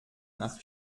nach